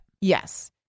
Yes